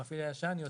המפעיל הישן יוצא.